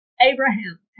Abraham